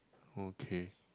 okay